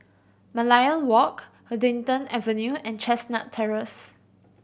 Merlion Walk Huddington Avenue and Chestnut Terrace